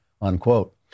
unquote